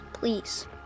Please